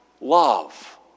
love